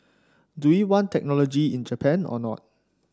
do we want technology in Japan or not